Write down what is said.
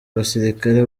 abasirikare